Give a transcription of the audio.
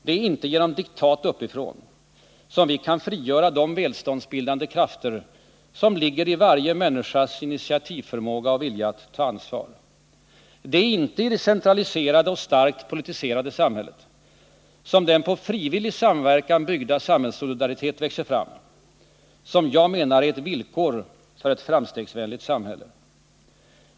Det är inte genom diktat uppifrån vi kan frigöra de välståndsbildande krafter som ligger i varje människas initiativförmåga och vilja att ta ansvar. Det är inte i det centraliserade och starkt politiserade samhället som den på frivillig samverkan byggda samhällssolidaritet växer fram som jag menar är ett villkor för ett framstegsvänligt samhälle.